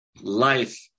life